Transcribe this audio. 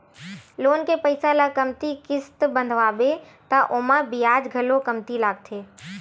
loan के पइसा ल कमती किस्त बंधवाबे त ओमा बियाज घलो कमती लागथे